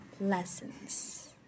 lessons